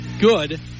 good